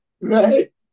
Right